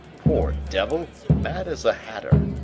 poor devil! mad as a hatter.